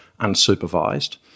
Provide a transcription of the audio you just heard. unsupervised